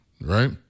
right